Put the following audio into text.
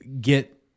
get